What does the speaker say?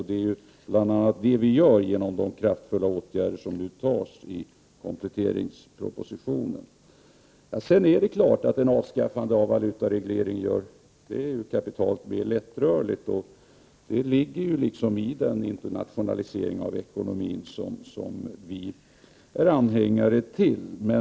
Det gör vi bl.a. genom de kraftfulla åtgärder som nu föreslås i kompletteringspropositionen. Ett avskaffande av valutaregleringen gör naturligtvis kapitalet mera lättrörligt. Det ingår ju i den internationalisering av ekonomin som vi är anhängare av.